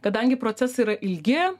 kadangi procesai yra ilgi